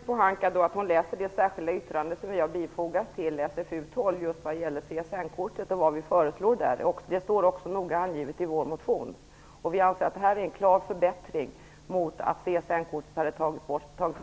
Herr talman! Jag skulle vilja föreslå Ragnhild Pohanka att läsa det särskilda yttrande som vi har bifogat SfU12 vad gäller CSN-kortet och vad vi föreslår. Det står noga angivet också i vår motion. Vi anser att detta är en klar förbättring mot att kortet hade tagits